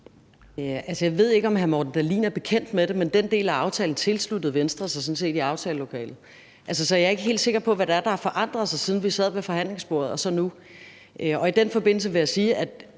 jeg ved ikke, om hr. Morten Dahlin er bekendt med det, men den del af aftalen tilsluttede Venstre sig sådan set i forhandlingslokalet. Så jeg er ikke helt sikker på, hvad det er, der har forandret sig, siden vi sad ved forhandlingsbordet. Og i den forbindelse vil jeg sige, at